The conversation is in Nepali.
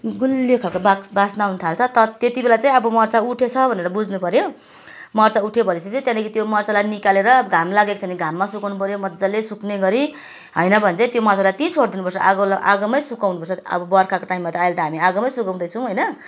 गुलियो खाल्को वास्ना आउनु थाल्छ त्यतिबेला चाहिँ अब मर्च उठेछ भनेर बुझ्नुपऱ्यो मर्चा उठ्यो भनेपछि चाहिँ त्यहाँदेखि त्यो मर्चालाई निकालेर घाम लागेको छ भने घाममा सुकाउनु पऱ्यो मजाले सुक्नेगरी होइन भने चाहिँ त्यो मर्चलाई त्यहीँ छोड्दिनु पर्छ आगोमै सुकाउनु पर्छ अब बर्खाको टाइममा त आइले त हामी आगोमै सुकाउँदैछौँ होइन